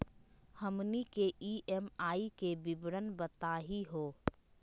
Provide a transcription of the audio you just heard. हमनी के ई.एम.आई के विवरण बताही हो?